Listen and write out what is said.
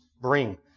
bring